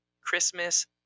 Christmas